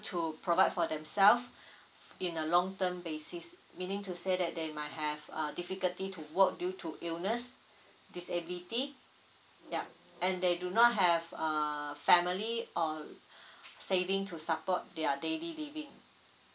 to provide for themselves in a long term basis meaning to say that they might have a difficulty to work due to illness disability yup and they do not have a family or saving to support their daily living